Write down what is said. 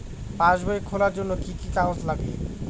পাসবই খোলার জন্য কি কি কাগজ লাগবে?